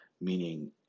meaning